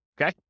Okay